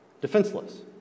Defenseless